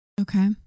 Okay